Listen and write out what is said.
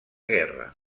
guerra